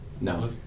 no